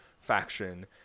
faction